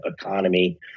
economy